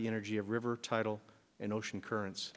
the energy of river title and ocean currents